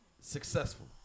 successful